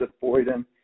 Boyden